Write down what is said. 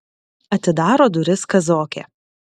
atidaro duris kazokė